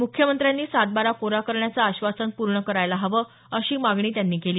मुख्यमंत्र्यांनी सात बारा कोरा करण्याचं आश्वासन पूर्ण करायला हवं अशी मागणी त्यांनी केली